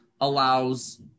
allows